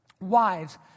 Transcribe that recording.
wives